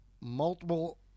multiple